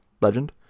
legend